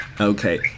Okay